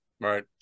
Right